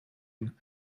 wenn